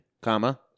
comma